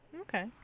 Okay